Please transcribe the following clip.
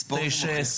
תשע,